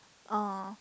oh